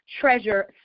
treasure